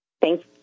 Thank